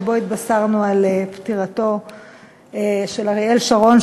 כשהתבשרנו על פטירתו של אריאל שרון,